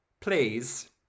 please